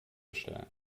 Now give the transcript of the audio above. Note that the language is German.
bestellen